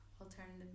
alternative